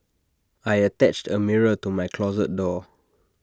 I attached A mirror to my closet door